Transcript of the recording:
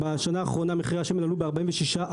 בשנה האחרונה מחירי השמן עלו ב-46%